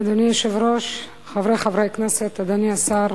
אדוני היושב-ראש, חברי חברי הכנסת, אדוני השר,